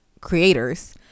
creators